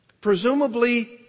presumably